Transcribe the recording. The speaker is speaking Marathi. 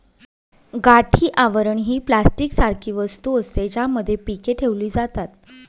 गाठी आवरण ही प्लास्टिक सारखी वस्तू असते, ज्यामध्ये पीके ठेवली जातात